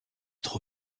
être